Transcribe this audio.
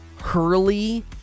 Hurley